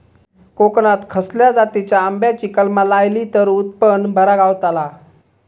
कोकणात खसल्या जातीच्या आंब्याची कलमा लायली तर उत्पन बरा गावताला?